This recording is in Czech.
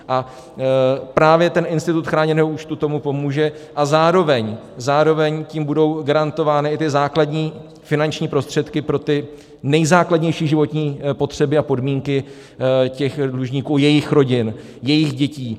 A právě ten institut chráněného účtu tomu pomůže a zároveň tím budou garantovány i základní finanční prostředky pro ty nejzákladnější životní potřeby a podmínky těch dlužníků, jejich rodin, jejich dětí.